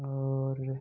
और